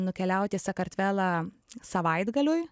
nukeliaut į sakartvelą savaitgaliui